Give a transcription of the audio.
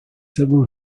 several